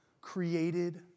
created